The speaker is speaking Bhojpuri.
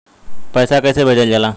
पैसा कैसे भेजल जाला?